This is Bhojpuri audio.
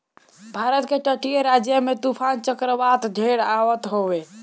भारत के तटीय राज्य में तूफ़ान चक्रवात ढेर आवत हवे